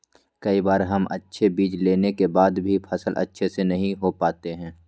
कई बार हम अच्छे बीज लेने के बाद भी फसल अच्छे से नहीं हो पाते हैं?